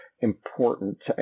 important